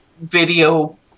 video